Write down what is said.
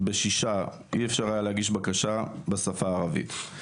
ב-6 אי אפשר היה להגיש בקשה בשפה הערבית.